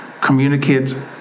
communicate